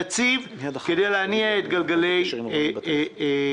יציב כדי להניע את גלגלי הכלכלה.